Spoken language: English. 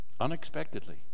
Unexpectedly